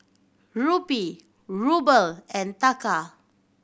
Rupee Ruble and Taka